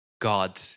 God